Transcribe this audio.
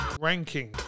Ranking